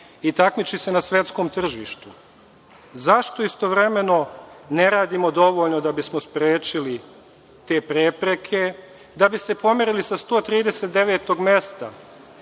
i takmiči se na svetskom tržištu.Zašto istovremeno ne radimo dovoljno da bi smo sprečili te prepreke, da bi se pomerili sa 139 mesta